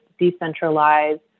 decentralized